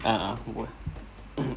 a'ah were